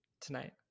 tonight